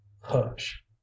Hush